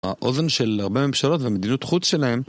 האוזן של הרבה ממשלות והמדיניות חוץ שלהן